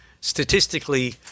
statistically